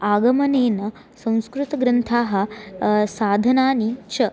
आगमनेन संस्कृतग्रन्थाः साधनानि च